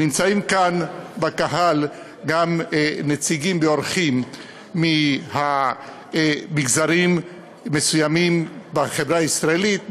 נמצאים כאן בקהל גם נציגים ואורחים ממגזרים מסוימים בחברה הישראלית,